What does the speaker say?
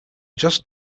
just